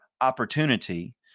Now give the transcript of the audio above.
opportunity